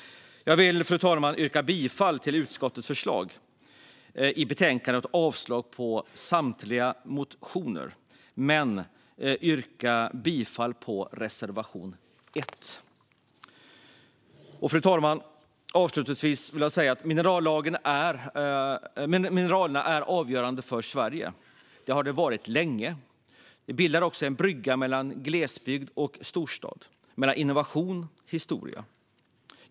Fru talman! Jag yrkar bifall till utskottets förslag i betänkandet och avslag på samtliga motioner. Jag yrkar dock bifall även till reservation 1. Fru talman! Avslutningsvis vill jag säga att mineralerna är avgörande för Sverige. Det har de varit länge. De bildar också en brygga mellan glesbygd och storstad, mellan innovation och historia.